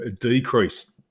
decrease